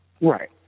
Right